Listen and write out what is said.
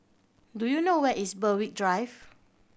do you know where is Berwick Drive